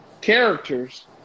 Characters